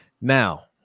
now